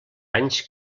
anys